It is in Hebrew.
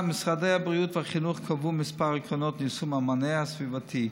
משרדי הבריאות והחינוך קבעו כמה עקרונות ליישום המענה הסביבתי: